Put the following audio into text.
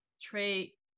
trait